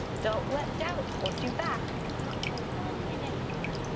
don't let doubt hold you back, not for one minute more.